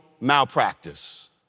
malpractice